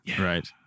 Right